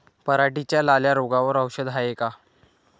पराटीच्या लाल्या रोगावर औषध हाये का?